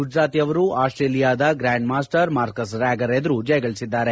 ಗುಜ್ರಾತಿ ಅವರು ಆಸ್ಟೇಲಿಯಾದ grandmaster Markus Ragger ಎದುರು ಜಯಗಳಿಸಿದ್ದಾರೆ